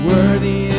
Worthy